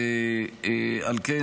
על כן,